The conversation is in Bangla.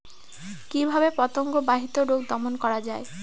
কিভাবে পতঙ্গ বাহিত রোগ দমন করা যায়?